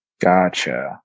Gotcha